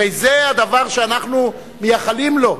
הרי זה הדבר שאנחנו מייחלים לו: